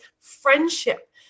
friendship